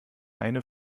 eine